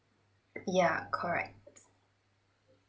yeah correct